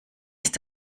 ist